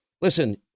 listen